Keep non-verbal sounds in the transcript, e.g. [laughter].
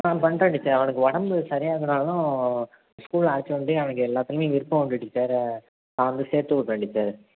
ஆ பண்ணுறேன் டீச்சர் அவனுக்கு உடம்பு சரியாக ஆகுனாலும் ஸ்கூல் [unintelligible] அவனுக்கு எல்லாத்துலையும் விருப்பம் உண்டு டீச்சர் நான் வந்து சேர்த்து விட்றேன் டீச்சர்